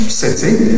city